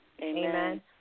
Amen